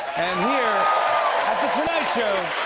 and here at the tonight show,